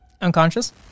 Unconscious